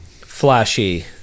flashy